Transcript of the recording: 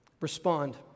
respond